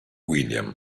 william